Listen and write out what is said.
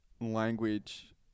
language